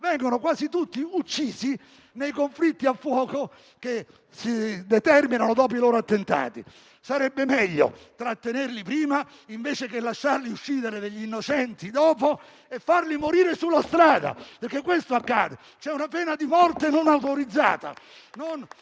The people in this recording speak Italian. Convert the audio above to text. Vengono quasi tutti uccisi nei conflitti a fuoco che si determinano dopo gli attentati. Sarebbe meglio trattenerli prima, invece che lasciargli uccidere degli innocenti dopo e farli morire sulla strada, perché questo accade. C'è una pena di morte non autorizzata,